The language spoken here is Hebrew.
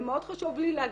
ומאוד חשוב לי להגיד,